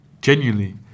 Genuinely